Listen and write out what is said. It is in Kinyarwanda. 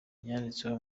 yanditseho